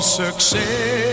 success